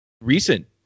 recent